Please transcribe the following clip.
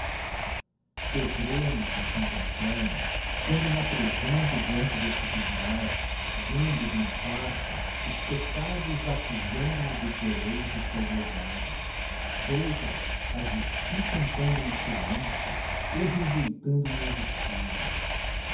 eu tremo diz s anselmo quando me apresento deante deste tribunal vendo de uma parte os peccados accusando me dos deleites que eu gozava d'outra a justiça impondo me silencio ou regeitando minhas escusas